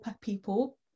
people